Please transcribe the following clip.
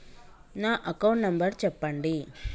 నా account number చెప్పండి?